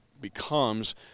becomes